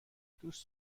دوست